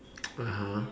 (uh huh)